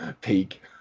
peak